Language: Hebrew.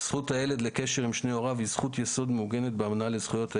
"זכות הילד לקשר עם שני הוריו היא זכות יסוד מעוגנת באמנה לזכויות הילד,